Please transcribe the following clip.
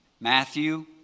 Matthew